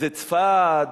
זה צפד,